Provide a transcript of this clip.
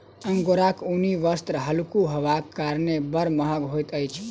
अंगोराक ऊनी वस्त्र हल्लुक होयबाक कारणेँ बड़ महग होइत अछि